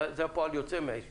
זה פועל יוצא מהישיבה.